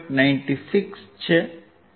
96 છે